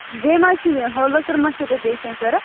بیٚیہِ ما حظ چھُ ہۅ لٔکٕر ما چھَو تۄہہِ بیٚیہِ کیٚنٛہہ ضروٗرت